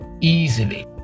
easily